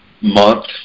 month